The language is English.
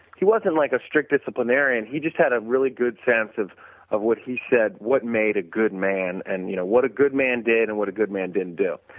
he wasn't like a strict disciplinarian. he just had a really good sense of of what he said, what made a good man, and you know what a good man did and what a good man didn't do.